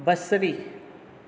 बसरी